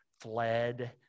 fled